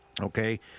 Okay